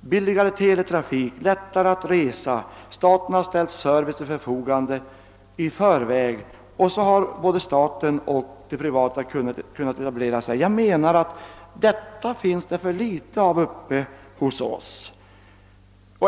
billigare teletrafik, lättare att resa. Staten har ställt service till förfogande i förväg. Därför har både staten och enskilda kunnat etablera sig där. Jag menar att det finns för litet av detta uppe hos oss i Norrland.